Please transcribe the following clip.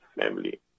family